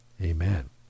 Amen